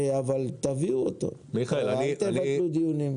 תביאו את החוק, אל תבטלו דיונים.